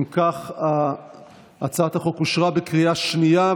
אם כך, הצעת החוק אושרה בקריאה שנייה.